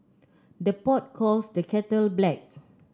the pot calls the kettle black